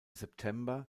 september